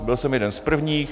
Byl jsem jeden z prvních.